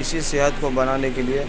اسی صحت کو بنانے کے لیے